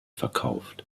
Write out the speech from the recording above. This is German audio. verkauft